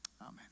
amen